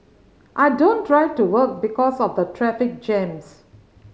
I don't drive to work because of the traffic jams